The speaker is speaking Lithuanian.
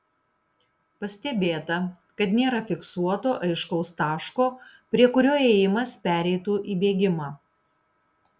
pastebėta kad nėra fiksuoto aiškaus taško prie kurio ėjimas pereitų į bėgimą